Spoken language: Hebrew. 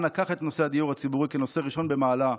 אנא קח את נושא הדיור הציבורי כנושא ראשון במעלה.